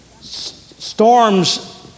Storms